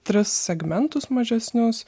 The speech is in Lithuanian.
tris segmentus mažesnius